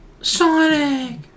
Sonic